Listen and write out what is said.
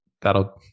that'll